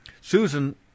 Susan